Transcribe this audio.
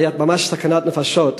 היה ממש סכנת נפשות,